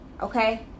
okay